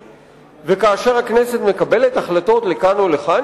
וכאשר הכנסת מקבלת החלטות לכאן או לכאן,